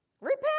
Repent